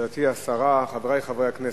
אדוני היושב-ראש, גברתי השרה, חברי חברי הכנסת,